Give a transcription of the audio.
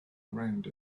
around